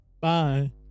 bye